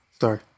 Sorry